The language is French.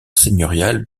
seigneuriale